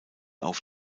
auf